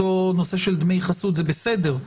אותו נושא של דמי חסות, זה בסדר.